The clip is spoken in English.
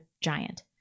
giant